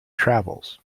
travels